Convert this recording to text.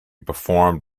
performed